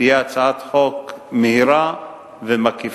שתהיה הצעת חוק מהירה ומקיפה,